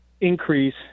increase